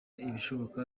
ibishoboka